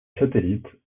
satellite